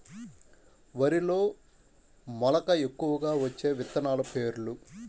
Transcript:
వరిలో మెలక ఎక్కువగా వచ్చే విత్తనాలు పేర్లు?